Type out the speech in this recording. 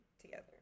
together